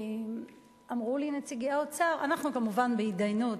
אמרו לי נציגי האוצר, אנחנו כמובן בהתדיינות.